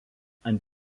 ant